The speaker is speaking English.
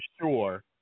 sure